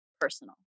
personal